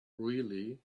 really